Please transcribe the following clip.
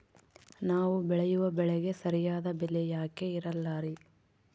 ನಾವು ಬೆಳೆಯುವ ಬೆಳೆಗೆ ಸರಿಯಾದ ಬೆಲೆ ಯಾಕೆ ಇರಲ್ಲಾರಿ?